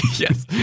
Yes